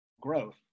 growth